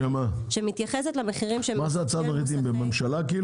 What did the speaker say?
שמתייחסת למחירים שלוקחים מוסכי ההסדר.